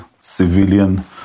civilian